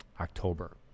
October